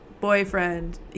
boyfriend